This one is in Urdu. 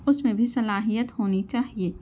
اُس میں بھی صلاحیت ہونی چاہیے